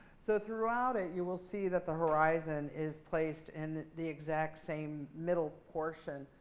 so throughout it, you will see that the horizon is placed in the exact same middle portion,